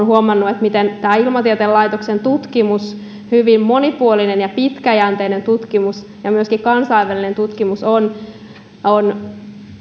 huomannut miten ilmatieteen laitoksen tutkimus hyvin monipuolinen ja pitkäjänteinen tutkimus ja myöskin kansainvälinen tutkimus on on